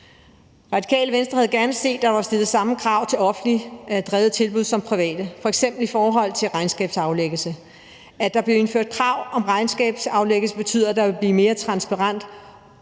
Radikale Venstre havde gerne set, at der var stillet samme krav til offentligt drevne tilbud som til private, f.eks. i forhold til regnskabsaflæggelse. At der blev indført krav om regnskabsaflæggelse ville betyde, at der blev mere transparens,